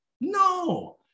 No